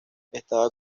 estaba